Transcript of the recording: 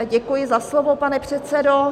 Děkuji za slovo, pane předsedo.